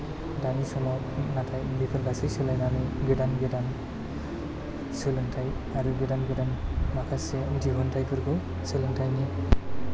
दानि समाव नाथाय बेफोर गासै सोलायनानै गोदान गोदान सोलोंथाइ आरो गोदान गोदान माखासे दिहुन्थायफोरखौ सोलोंथाइनि